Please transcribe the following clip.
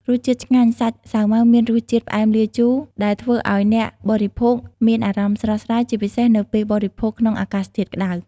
រសជាតិឆ្ងាញ់ សាច់សាវម៉ាវមានរសជាតិ ផ្អែមលាយជូរ ដែលធ្វើឱ្យអ្នកបរិភោគមានអារម្មណ៍ស្រស់ស្រាយ ជាពិសេសនៅពេលបរិភោគក្នុងអាកាសធាតុក្តៅ។